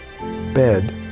bed